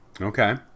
Okay